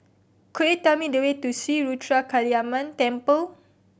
could you tell me the way to Sri Ruthra Kaliamman Temple